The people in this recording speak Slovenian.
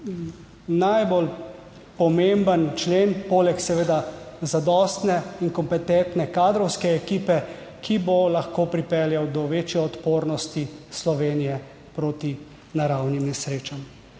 najbolj pomemben člen poleg seveda zadostne in kompetentne kadrovske ekipe, ki bo lahko pripeljal do večje odpornosti Slovenije proti naravnim nesrečam.